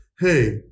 hey